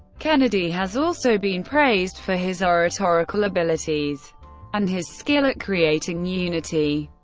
kennedy has also been praised for his oratorical abilities and his skill at creating unity.